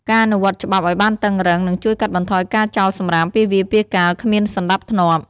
ការអនុវត្តច្បាប់ឲ្យបានតឹងរ៉ឹង នឹងជួយកាត់បន្ថយការចោលសំរាមពាសវាលពាសកាលគ្មានសណ្ដាប់ធ្នាប់។